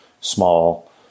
small